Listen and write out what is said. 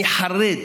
אני חרד,